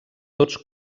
tots